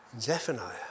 Zephaniah